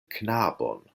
knabon